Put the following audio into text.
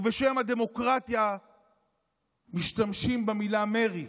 ובשם הדמוקרטיה משתמשים במילה מרי.